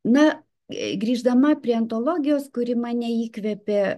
na jei grįždama prie antologijos kuri mane įkvėpė